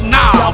now